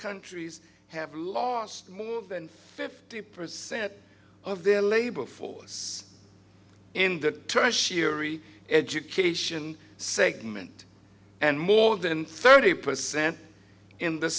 countries have lost more than fifty percent of their labor force in the tertiary education segment and more than thirty percent in the